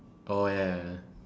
oh ya ya ya